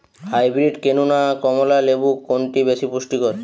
Hybrid কেনু না কমলা লেবু কোনটি বেশি পুষ্টিকর?